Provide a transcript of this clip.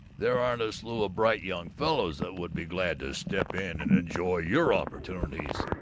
there aren't a slew of bright young fellows that would be glad to step in and enjoy your opportunities,